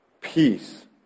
peace